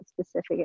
specific